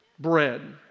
bread